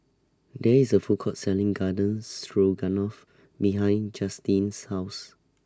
There IS A Food Court Selling Garden Stroganoff behind Justyn's House